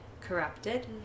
corrupted